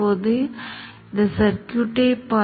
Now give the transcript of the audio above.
கொள்ளளவின் மதிப்புக்குச் சென்று ஆரம்ப நிலை 11